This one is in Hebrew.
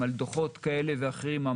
על דוחות כאלה ואחרים,